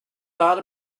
thought